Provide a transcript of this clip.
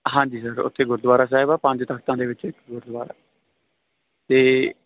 ਹਾਂਜੀ ਸਰ ਉੱਥੇ ਗੁਰਦੁਆਰਾ ਸਾਹਿਬ ਆ ਪੰਜ ਤਖਤਾਂ ਦੇ ਵਿੱਚੋਂ ਇੱਕ ਗੁਰਦੁਆਰਾ ਅਤੇ